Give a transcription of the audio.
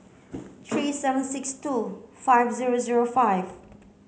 three seven six two five zero zero five